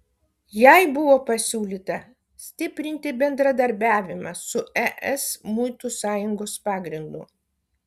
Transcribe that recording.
jai buvo pasiūlyta stiprinti bendradarbiavimą su es muitų sąjungos pagrindu